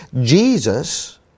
Jesus